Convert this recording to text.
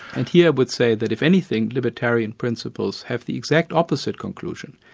and here i would say that if anything, libertarian principles have the exact opposite conclusion,